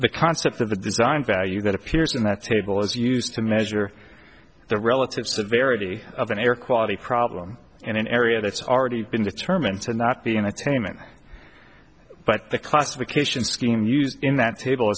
the concept that the design value that appears in that table is used to measure the relative severity of an air quality problem in an area that's already been determined to not be in attainment but the classification scheme used in that table